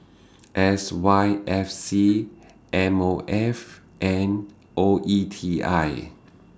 S Y F C M O F and O E T I